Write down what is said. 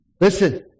Listen